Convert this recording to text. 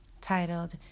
titled